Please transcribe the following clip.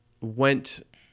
went